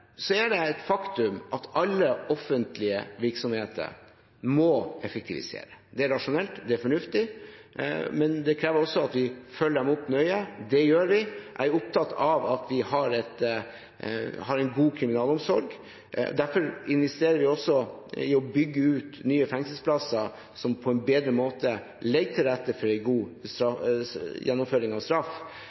Så er det et faktum at alle offentlige virksomheter må effektivisere. Det er rasjonelt. Det er fornuftig. Men det krever også at vi følger dem opp nøye. Det gjør vi. Jeg er opptatt av at vi har en god kriminalomsorg. Derfor investerer vi også i å bygge ut nye fengselsplasser som på en bedre måte legger til rette for en god gjennomføring av straff.